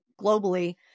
globally